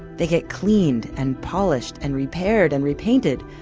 they get cleaned and polished, and repaired, and repainted.